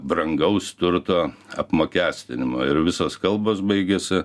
brangaus turto apmokestinimo ir visos kalbos baigiasi